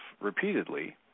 repeatedly